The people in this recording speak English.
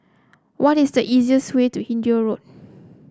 what is the easiest way to Hindhede Road